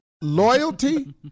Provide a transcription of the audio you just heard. loyalty